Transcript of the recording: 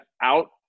out